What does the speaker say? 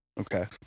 Okay